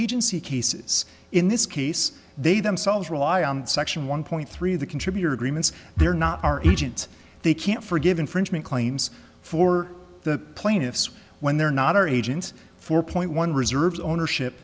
agency cases in this case they themselves rely on section one point three the contributor agreements they're not our agent they can't forgive infringement claims for the plaintiffs when they're not our agents four point one reserves ownership